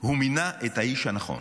מינה את האיש הנכון.